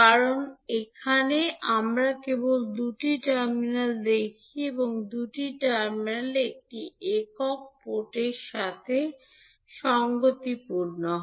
কারণ এখানে আমরা কেবল দুটি টার্মিনাল দেখি এবং দুটি টার্মিনাল একটি একক পোর্টর সাথে সঙ্গতিপূর্ণ হয়